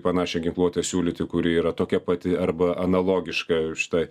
panašią ginkluotę siūlyti kuri yra tokia pati arba analogiška šitai